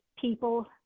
people